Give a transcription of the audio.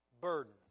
burden